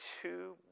two